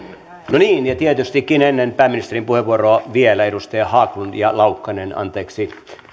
no niin ja tietystikin ennen pääministerin puheenvuoroa vielä edustajat haglund ja laukkanen anteeksi